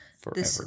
Forever